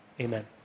Amen